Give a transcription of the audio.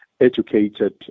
educated